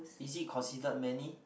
is it considered many